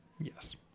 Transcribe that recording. Yes